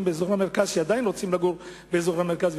באזור המרכז שעדיין רוצים לגור באזור המרכז,